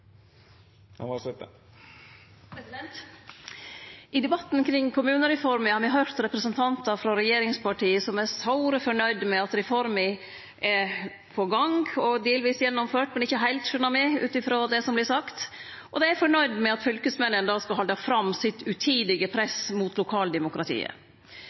I debatten kring kommunereforma har vi høyrt representantar frå regjeringspartia som er såre fornøgde med at reforma er på gang og delvis gjennomført, men ikkje heilt, skjønar me ut ifrå det som vert sagt. Dei er fornøgde med at fylkesmennene skal halde fram med sitt utidige